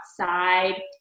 outside